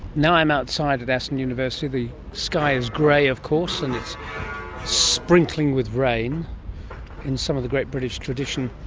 now i'm outside at aston university, the sky is grey of course and it is sprinkling with rain in some of the great british tradition,